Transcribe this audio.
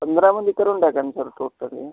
पंधरामध्ये करून टाका ना सर टोटली